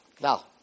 now